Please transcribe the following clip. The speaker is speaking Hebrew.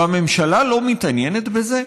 והממשלה לא מתעניינת בזה?